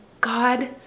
God